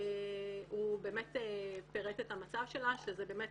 הוא באמת פירט את המצב שלה שזה באמת